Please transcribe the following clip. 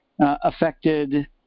affected